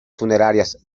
funerarias